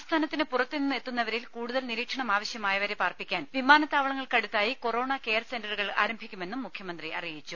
സംസ്ഥാനത്തിന് പുറത്തുനിന്ന് എത്തുന്നവരിൽ കൂടുതൽ നിരീക്ഷണം ആവശ്യമായവരെ പാർപ്പിക്കാൻ വിമാനത്താവളങ്ങൾക്കടുത്തായി കൊറോണാ കെയർ സെന്ററുകൾ ആരംഭിക്കുമെന്നും മുഖ്യമന്ത്രി അറിയിച്ചു